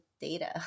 data